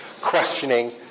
questioning